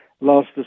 Last